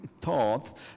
thought